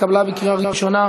בקריאה ראשונה.